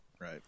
Right